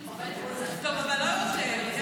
טוב, אבל לא יותר.